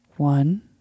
One